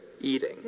eating